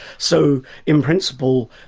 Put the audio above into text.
so in principle,